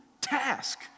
task